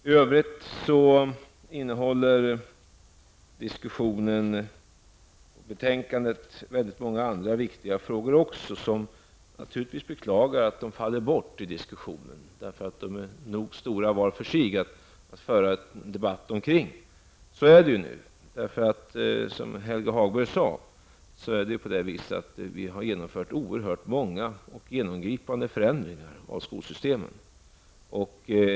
I övrigt innehåller diskussionen och betänkandet många andra viktiga frågor. Jag beklagar att de faller bort i diskussionen. De är stora nog var för sig att föra en debatt omkring. Precis som Helge Hagberg sade har vi genomfört oerhört många och genomgripande förändringar av skolsystemen.